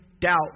doubt